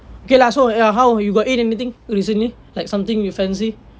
okay lah err so how you got eat anything recently like something you fancy